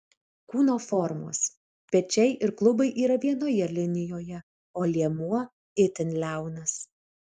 kūno formos pečiai ir klubai yra vienoje linijoje o liemuo itin liaunas